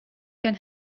can